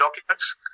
documents